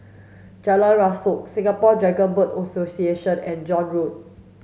Jalan Rasok Singapore Dragon Boat Association and Joan Road